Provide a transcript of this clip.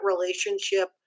relationship